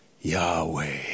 Yahweh